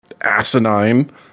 asinine